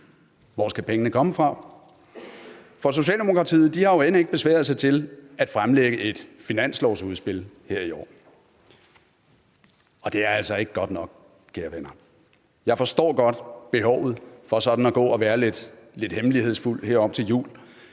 hvor pengene skal komme fra. For Socialdemokratiet har jo end ikke besværet sig med at fremlægge et finanslovsudspil her i år, og det er altså ikke godt nok, kære venner. Jeg forstår godt behovet for at gå og være lidt hemmelighedsfulde her op til jul,